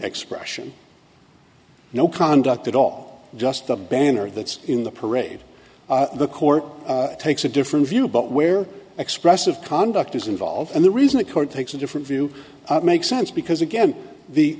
expression no conduct at all just the banner that's in the parade the court takes a different view but where expressive conduct is involved and the reason the court takes a different view makes sense because again